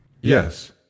Yes